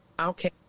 Okay